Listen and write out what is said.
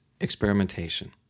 experimentation